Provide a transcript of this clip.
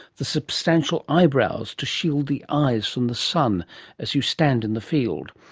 the substantial eyebrows to shield the eyes from the sun as you stand in the fields,